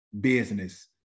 business